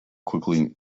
quickly